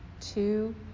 two